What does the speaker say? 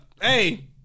Hey